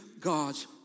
God's